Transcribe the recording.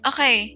Okay